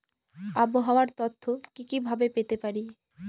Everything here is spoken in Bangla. আবহাওয়ার তথ্য কি কি ভাবে পেতে পারি?